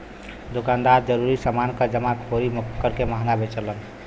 दुकानदार जरूरी समान क जमाखोरी करके महंगा बेचलन